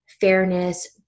fairness